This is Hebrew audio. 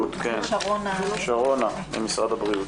שרונה ממשרד הבריאות.